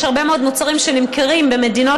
יש הרבה מאוד מוצרים שנמכרים במדינות